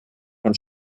von